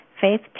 Faith